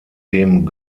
dem